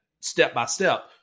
step-by-step